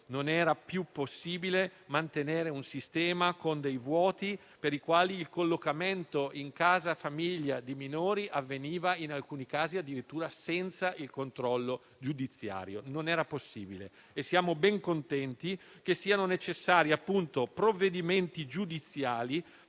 Non era più possibile mantenere un sistema con dei vuoti per i quali il collocamento in casa famiglia di minori avveniva, in alcuni casi, addirittura senza il controllo giudiziario. E siamo ben contenti che siano necessari provvedimenti giudiziali